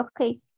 Okay